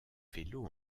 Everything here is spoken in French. vélos